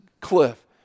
cliff